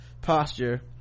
posture